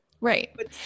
Right